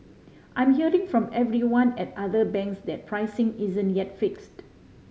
I'm hearing from everyone at other banks that pricing isn't yet fixed